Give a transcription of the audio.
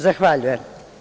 Zahvaljujem.